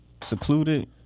secluded